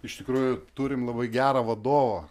iš tikrųjų turim labai gerą vadovą